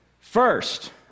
First